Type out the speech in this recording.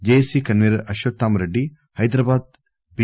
JAC convener Ashwathama Reddy Hyderabad B